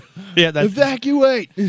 Evacuate